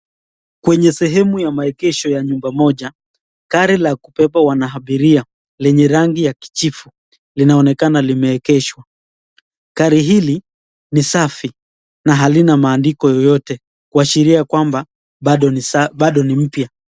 Kwenye sehemu ya maegesho ya nyumba moja, gari ya kubeba abiria lenye rangi ya kijivu linaonekana limeegeshwa. Gari hili ni safi na halina maandiko yeyote kuashiria kua bado ni mpya.